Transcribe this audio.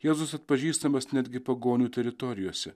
jėzus atpažįstamas netgi pagonių teritorijose